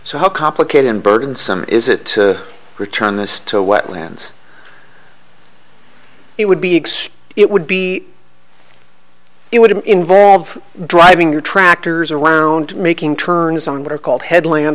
so how complicated and burdensome is it to return this to wetlands it would be extinct it would be it would involve driving your tractors around making turns on what are called headland